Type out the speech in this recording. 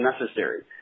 necessary